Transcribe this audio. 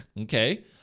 Okay